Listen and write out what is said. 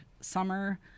summer